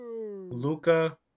Luca